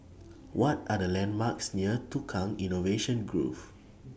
What Are The landmarks near Tukang Innovation Grove